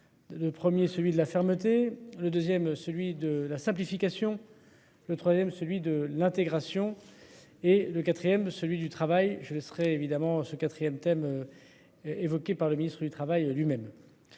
de premier, celui de la fermeté le deuxième celui de la simplification. Le 3ème, celui de l'intégration et le quatrième celui du travail je laisserai évidemment ce 4ème thème. Évoqués par le ministre du Travail lui-même.